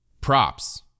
props